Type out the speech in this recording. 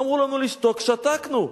אמרו לנו לשתוק, שתקנו.